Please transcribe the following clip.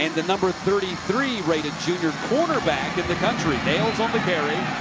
and the number thirty three rated junior quarterback in the country. nails on the carry.